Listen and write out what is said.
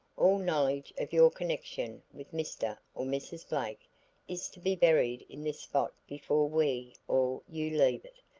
all knowledge of your connection with mr. or mrs. blake is to be buried in this spot before we or you leave it.